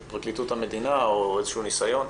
או איזשהו ניסיון,